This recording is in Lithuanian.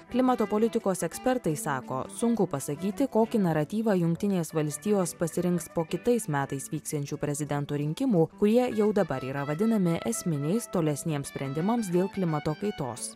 klimato politikos ekspertai sako sunku pasakyti kokį naratyvą jungtinės valstijos pasirinks po kitais metais vyksiančių prezidento rinkimų kurie jau dabar yra vadinami esminiais tolesniems sprendimams dėl klimato kaitos